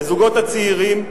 לזוגות הצעירים,